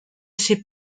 ses